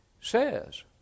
says